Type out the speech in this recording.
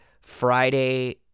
Friday